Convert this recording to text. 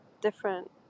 different